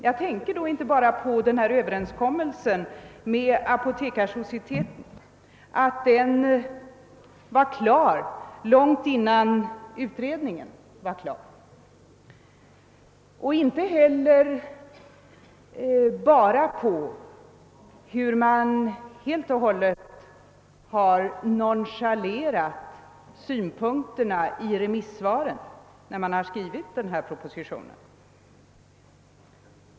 Jag tänker då inte bara på att överenskommelsen med Apotekarsocieteten var klar långt före utredningen, inte heller tänker jag på att man helt och hållet har nonchalerat synpunkterna i remissvaren när man skrivit propositionen.